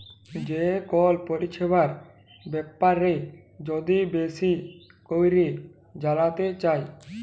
যে কল পরিছেবার ব্যাপারে যদি বেশি ক্যইরে জালতে চায়